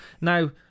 Now